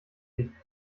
nicht